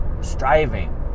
Striving